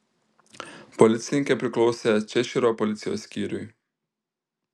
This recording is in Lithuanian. policininkė priklausė češyro policijos skyriui